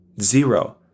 Zero